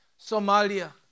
Somalia